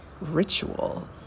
ritual